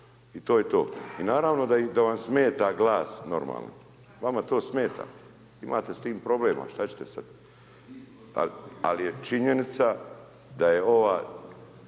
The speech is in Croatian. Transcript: i to je to. I naravno da vam smeta glas normalni. Vama to smeta. Imate s tim problem. A što ćete sada? Ali je činjenica da je ova,